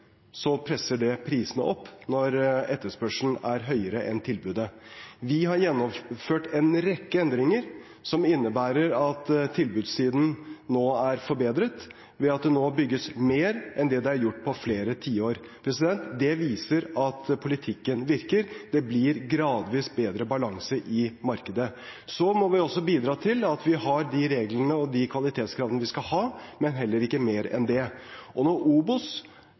så presser det prisene opp når etterspørselen er høyere enn tilbudet. Vi har gjennomført en rekke endringer som innebærer at tilbudssiden nå er forbedret, ved at det bygges mer enn det det er gjort på flere tiår. Det viser at politikken virker. Det blir gradvis bedre balanse i markedet. Så må vi også bidra til at vi har de reglene og de kvalitetskravene vi skal ha, men heller ikke mer enn det. Når OBOS,